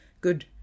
Good